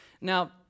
Now